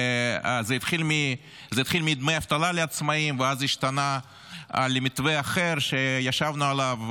זה התחיל מדמי אבטלה לעצמאים ואז זה השתנה למתווה אחר שישבנו עליו,